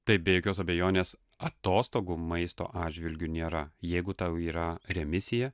taip be jokios abejonės atostogų maisto atžvilgiu nėra jeigu tau yra remisija